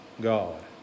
God